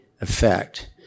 effect